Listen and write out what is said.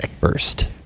First